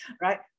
right